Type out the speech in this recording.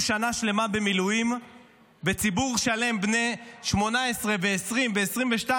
שנה שלמה במילואים וציבור שלם בני 18 ו-20 ו-22